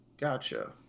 Gotcha